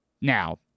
Now